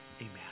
Amen